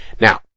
Now